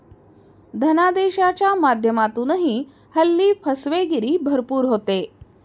धनादेशाच्या माध्यमातूनही हल्ली फसवेगिरी भरपूर होते